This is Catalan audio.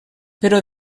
però